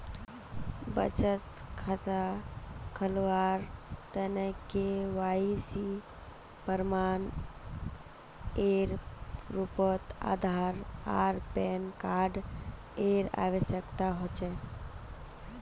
बचत खता खोलावार तने के.वाइ.सी प्रमाण एर रूपोत आधार आर पैन कार्ड एर आवश्यकता होचे